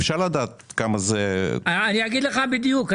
אפשר לדעת כמה זה --- אני אגיד לך בדיוק,